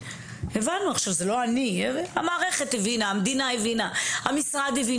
המערכת והמשרד הבינו